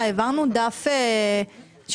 החוכמה הזאת מאוד ברורה,